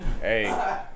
hey